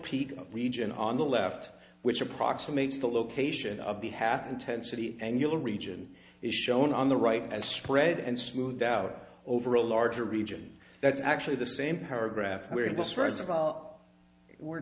peak region on the left which approximates the location of the half intensity and you'll region is shown on the right as spread and smoothed out over a larger region that's actually the same paragraph where it was first about we're